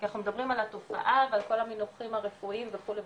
כי אנחנו מדברים על התופעה ועל כל המונחים הרפואיים וכולי,